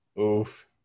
Oof